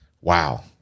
wow